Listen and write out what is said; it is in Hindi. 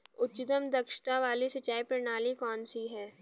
उच्चतम दक्षता वाली सिंचाई प्रणाली कौन सी है?